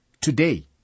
Today